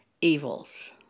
evils